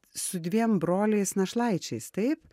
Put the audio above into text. su dviem broliais našlaičiais taip